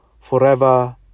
forever